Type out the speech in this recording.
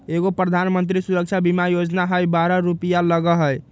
एगो प्रधानमंत्री सुरक्षा बीमा योजना है बारह रु लगहई?